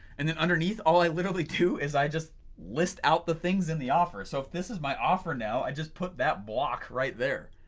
and then underneath all i literally do is i just list out the things in the offer. so if this is my offer now i just put that block right there.